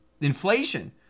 inflation